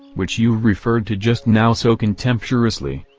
which you referred to just now so contemptuously.